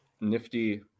nifty